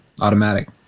automatic